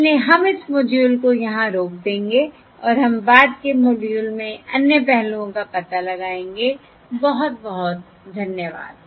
इसलिए हम इस मॉड्यूल को यहां रोक देंगे और हम बाद के मॉड्यूल में अन्य पहलुओं का पता लगाएंगे बहुत बहुत धन्यवाद